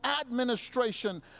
administration